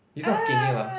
he is not skinny lah